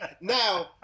Now